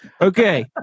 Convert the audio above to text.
Okay